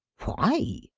why?